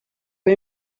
های